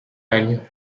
año